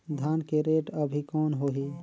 धान के रेट अभी कौन होही?